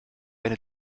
eine